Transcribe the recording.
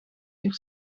uur